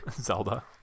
Zelda